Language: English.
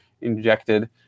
injected